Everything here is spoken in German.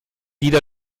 jeder